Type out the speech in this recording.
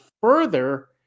further